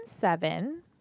seven